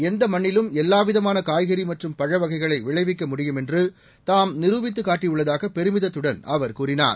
எந்த மண்ணிலும் எல்லாவிதமான காய்கறி மற்றும் பழவகைகளை விளைவிக்க முடியும் என்று தாம் நிரூபித்துக் காட்டியுள்ளதாக பெருமிதத்துடன் அவர் கூறினார்